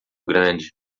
grande